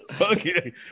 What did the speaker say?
okay